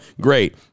great